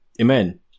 Amen